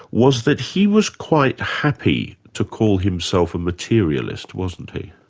was that he was quite happy to call himself a materialist, wasn't he?